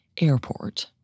airport